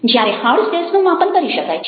જ્યારે હાર્ડ સ્કિલ્સનું માપન કરી શકાય છે